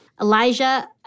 Elijah